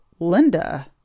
Linda